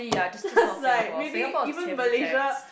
just like maybe even Malaysia